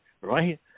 right